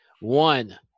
One